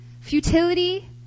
Futility